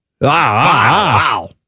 Wow